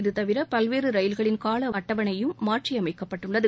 இதுதவிர பல்வேறு ரயில்களின் கால அட்டவணையும் மாற்றியமைக்கப்பட்டுள்ளது